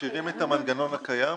משאירים את המנגנון הקיים?